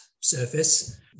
surface